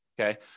okay